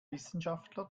wissenschaftler